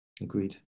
Agreed